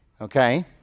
okay